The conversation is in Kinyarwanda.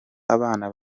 abana